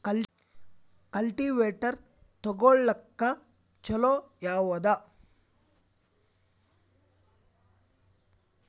Cultivator ತೊಗೊಳಕ್ಕ ಛಲೋ ಯಾವದ?